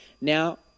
Now